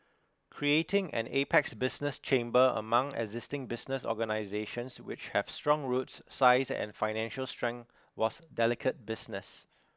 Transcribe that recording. creating an apex business chamber among existing business organisations which have strong roots size and financial strength was delicate business